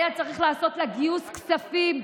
והיה צריך לעשות לה גיוס כספים,